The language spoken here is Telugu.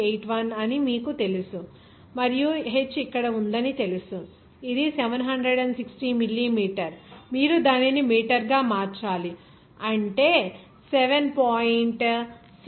81 అని మీకు తెలుసు మరియు h ఇక్కడ ఉందని తెలుసు ఇది 766 మిల్లీమీటర్ మీరు దానిని మీటర్గా మార్చాలి అంటే సెవెన్ పాయింట్ సిక్స్ జీరో 7